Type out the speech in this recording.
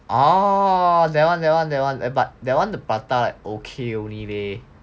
oh that one that one that one but that one the prata like okay only leh